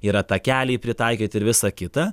yra takeliai pritaikyti ir visa kita